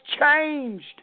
changed